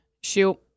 Shoot